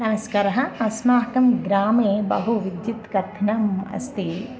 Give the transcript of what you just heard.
नमस्कारः अस्माकं ग्रामे बहु विद्युत् कत्थनम् अस्ति